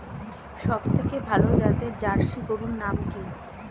সবথেকে ভালো জাতের জার্সি গরুর নাম কি?